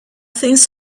things